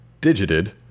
digited